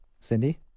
Cindy